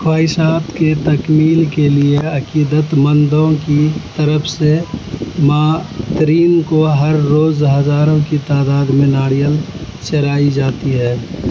خواہشات کے تکمیل کے لیے عقیدت مندوں کی طرف سے ماہ ترین کو ہر روز ہزاروں کی تعداد میں ناریل چڑھائی جاتی ہے